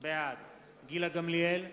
בעד גילה גמליאל,